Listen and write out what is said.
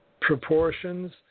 proportions